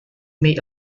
may